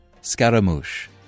Scaramouche